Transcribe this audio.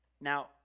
now